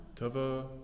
Tava